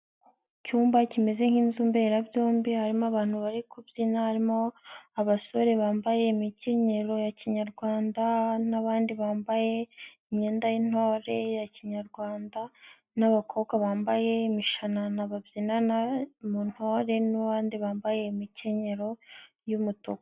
Icyumba kimeze nk'inzu mberabyombi, harimo abantu bari kubyina, harimo abasore bambaye imikenyero ya kinyarwanda n'abandi bambaye imyenda y'intore ya kinyarwanda n'abakobwa bambaye imishanana babyinyina mu ntore n'bandi bambaye imikenyero y'umutuku.